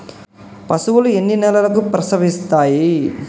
పశువులు ఎన్ని నెలలకు ప్రసవిస్తాయి?